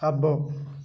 అబ్బో